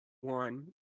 one